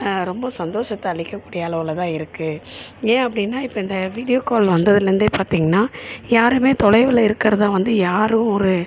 ரொம்ப சந்தோஷத்தை அளிக்கக்கூடிய அளவில் தான் இருக்குது ஏன் அப்படின்னா இப்போ இந்த வீடியோ கால் வந்ததிலேந்தே பார்த்தீங்கனா யாரையுமே தொலைவில் இருக்கிறதா வந்து யாரும் ஒரு